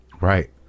right